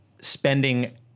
spending